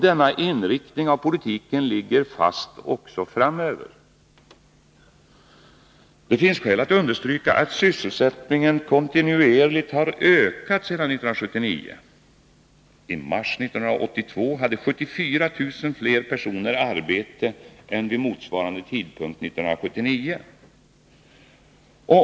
Denna inriktning av politiken ligger fast också framöver. Det finns skäl att understryka att sysselsättningen kontinuerligt har ökat sedan 1979. I mars 1982 hade 74 000 fler personer arbete än vid motsvarande tidpunkt 1979.